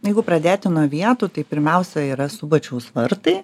jeigu pradėti nuo vietų tai pirmiausia yra subačiaus vartai